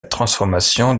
transformation